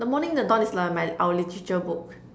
the morning in the dawn is like my our literature book